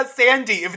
sandy